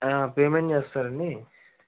payment చేస్తారా అండి